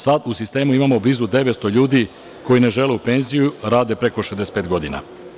Sada u sistemu imamo blizu 900 ljudi koji ne žele u penziju, a rade preko 65 godina.